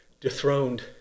dethroned